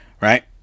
right